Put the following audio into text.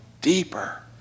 deeper